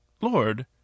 Lord